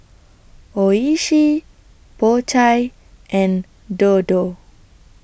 Oishi Po Chai and Dodo